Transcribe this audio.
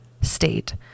state